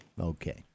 Okay